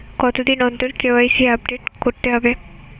কতদিন অন্তর KYC update করতে হবে?